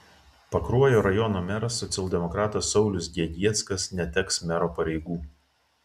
pakruojo rajono meras socialdemokratas saulius gegieckas neteks mero pareigų